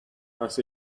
has